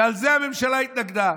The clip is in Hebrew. ולזה הממשלה התנגדה.